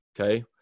Okay